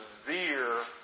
severe